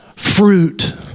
Fruit